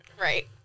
Right